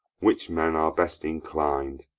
which men are best inclin'd.